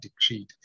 decreed